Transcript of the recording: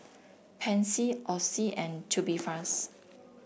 Pansy Oxy and Tubifast